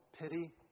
pity